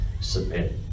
submit